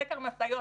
סקר משאיות,